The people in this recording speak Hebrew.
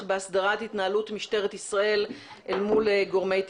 בהסדרת התנהלות משטרת ישראל אל מול גורמי תקשורת.